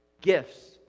Gifts